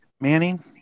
manning